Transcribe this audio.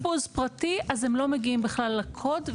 אשפוז פרטי אז הם לא מגיעים בכל לקוד,